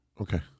Okay